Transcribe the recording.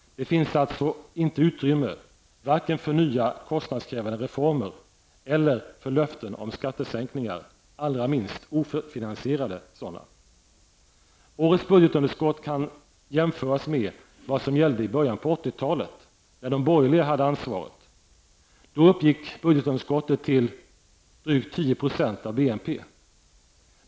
Det finns alltså inte utrymme varken för nya kostnadskrävande reformer eller för löften om skattesänkningar, allra minst ofinansierade sådana. Årets budgetunderskott kan jämföras med vad som gällde i början av 80-talet, när de borgerliga hade ansvaret. Då uppgick underskottet till ca 10 % av BNP.